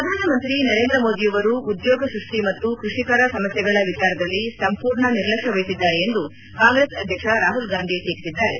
ಪ್ರಧಾನಮಂತ್ರಿ ನರೇಂದ್ರ ಮೋದಿಯವರು ಉದ್ಯೋಗ ಸೃಷ್ಟಿ ಮತ್ತು ಕೃಷಿಕರ ಸಮಸ್ಯೆಗಳ ವಿಚಾರದಲ್ಲಿ ಸಂಪೂರ್ಣ ನಿರ್ಲಕ್ಷ್ಯ ವಹಿಸಿದ್ದಾರೆ ಎಂದು ಕಾಂಗ್ರೆಸ್ ಅಧ್ಯಕ್ಷ ರಾಹುಲ್ ಗಾಂಧಿ ಟೀಕಿಸಿದ್ದಾರೆ